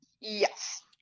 yes